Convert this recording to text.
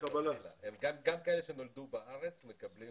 גם כאלה שנולדו בארץ מקבלים